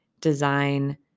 design